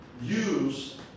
use